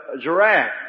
giraffe